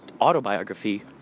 autobiography